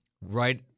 right